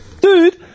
Dude